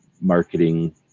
marketing